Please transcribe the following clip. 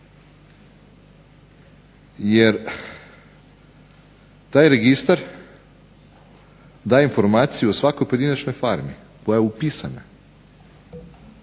jer taj registar daje informaciju o svakoj pojedinačnoj farmi koja je upisana